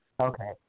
Okay